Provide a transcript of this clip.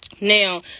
now